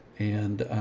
and,